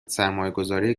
سرمایهگذاری